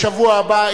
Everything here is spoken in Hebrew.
בשבוע הבא,